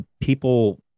people